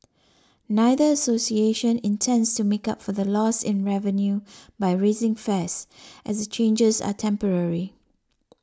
neither association intends to make up for the loss in revenue by raising fares as the changes are temporary